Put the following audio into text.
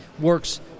works